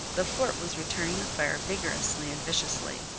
the fort was returning the fire vigorously and viciously.